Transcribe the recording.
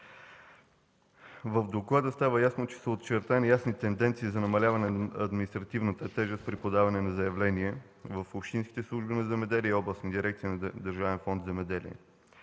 В доклада става ясно, че са очертани ясни тенденции за намаляване на административната тежест при подаване на заявления в общинските служби „Земеделие” и областни дирекции на Държавен фонд „Земеделие”.